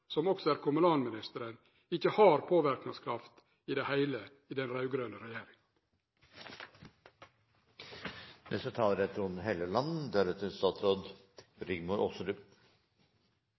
som også er kommunalminister, ikkje har påverknadskraft i det heile i den